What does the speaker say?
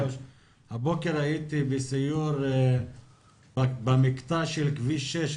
הבוקר הייתי בסיור במקטע של כביש 6,